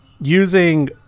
using